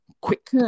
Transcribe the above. quick